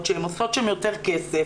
שהן עושות שם יותר כסף,